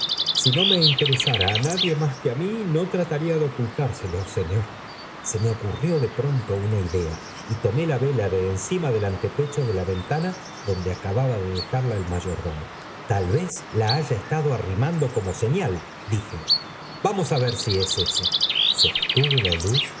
si no interesara a nadie mas que á mí no trataría de ocultárselo señor se me ocurrió de pronto una idea y tomó la vela de encima del antepecho de la ventana donde acababa de dejarla el mayordomo taj vez la haya estado arrimándola como señal dije vamos á ver si es eso sostuve la luz